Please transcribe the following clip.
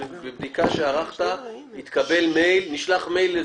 שבבדיקה שערכת נשלח מייל לזימון.